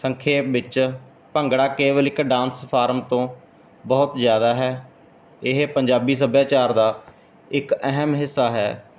ਸੰਖੇਪ ਵਿੱਚ ਭੰਗੜਾ ਕੇਵਲ ਇੱਕ ਡਾਂਸ ਫਾਰਮ ਤੋਂ ਬਹੁਤ ਜ਼ਿਆਦਾ ਹੈ ਇਹ ਪੰਜਾਬੀ ਸੱਭਿਆਚਾਰ ਦਾ ਇੱਕ ਅਹਿਮ ਹਿੱਸਾ ਹੈ